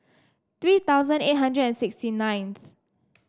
three thousand eight hundred and sixty ninth